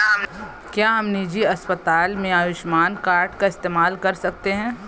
क्या हम निजी अस्पताल में आयुष्मान कार्ड का इस्तेमाल कर सकते हैं?